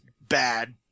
bad